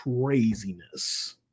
craziness